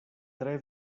tre